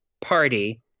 party